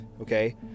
okay